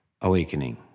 awakening